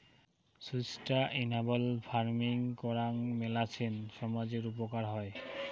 sustainable farming করাং মেলাছেন সামজের উপকার হই